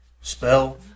Spell